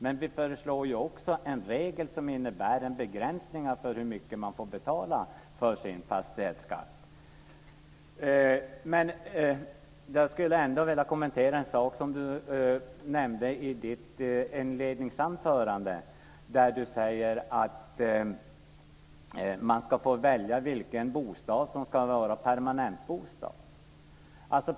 Men vi föreslår också en regel som innebär begränsningar av hur mycket man får betala i fastighetsskatt. Jag skulle vilja kommentera en sak som Margareta Cederfelt nämnde i sitt inledningsanförande. Där säger hon att man ska få välja vilken bostad som ska vara permanentbostad.